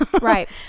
Right